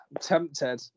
tempted